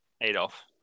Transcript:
Adolf